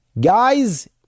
guys